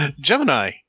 Gemini